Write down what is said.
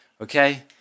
okay